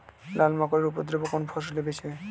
লাল মাকড় এর উপদ্রব কোন ফসলে বেশি হয়?